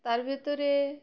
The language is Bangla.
তার ভিতরে